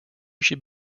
should